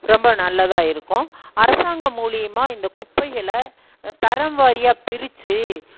ரொம்ப நல்லதா இருக்கும் அரசாங்கம் மூலயமா இந்த குப்பைகளை தரம் வாரியாக பிரிச்சு